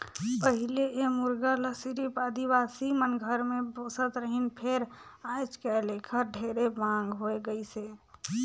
पहिले ए मुरगा ल सिरिफ आदिवासी मन घर मे पोसत रहिन फेर आयज कायल एखर ढेरे मांग होय गइसे